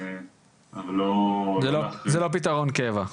זה לא פתרון קבע.